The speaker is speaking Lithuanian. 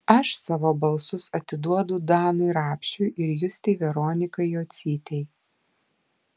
aš savo balsus atiduodu danui rapšiui ir justei veronikai jocytei